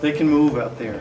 they can move out there